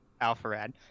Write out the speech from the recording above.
Alpharad